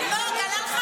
מר ביטחון.